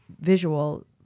visual